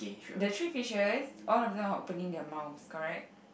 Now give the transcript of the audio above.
the three fishes all of them are opening their mouth correct